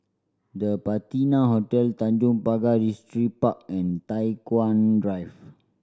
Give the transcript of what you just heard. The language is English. The Patina Hotel Tanjong Pagar Distripark and Tai Hwan Drive